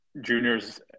juniors